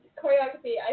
choreography